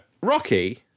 Rocky